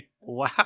wow